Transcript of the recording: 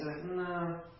no